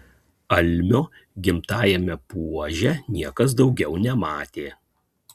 almio gimtajame puože niekas daugiau nematė